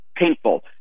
Painful